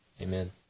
Amen